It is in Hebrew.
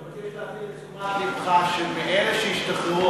אני מבקש להביא לתשומת לבך שמאלה שהשתחררו